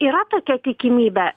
yra tokia tikimybė